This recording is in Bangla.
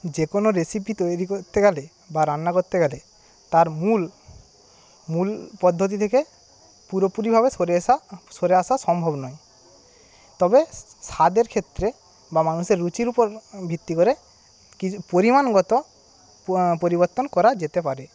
যেকোনো রেসিপি তৈরি করতে গেলে বা রান্না করতে গেলে তার মূল মূল পদ্ধতি থেকে পুরোপুরিভাবে সরে আসা সরে আসা সম্ভব নয় তবে স্বাদের ক্ষেত্রে বা মানুষের রুচির ওপর ভিত্তি করে কিছু পরিমাণগত পরিবর্তন করা যেতে পারে